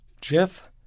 Jeff